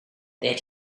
that